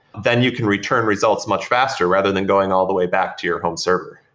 then you can return results much faster rather than going all the way back to your home server.